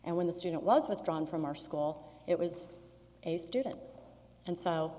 and when the student was withdrawn from our school it was a student and so